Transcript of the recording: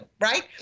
Right